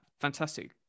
Fantastic